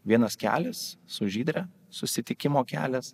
vienas kelias su žydre susitikimo kelias